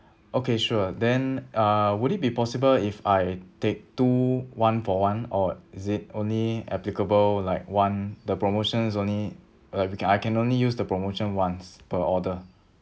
okay sure then uh would it be possible if I take two one for one or is it only applicable like one the promotions only uh I can only use the promotion once per order